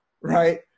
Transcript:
right